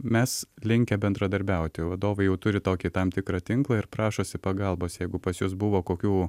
mes linkę bendradarbiauti o vadovai jau turi tokį tam tikra tinklą ir prašosi pagalbos jeigu pas jus buvo kokių